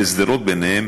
ושדרות ביניהן,